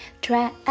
try